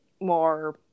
more